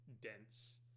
dense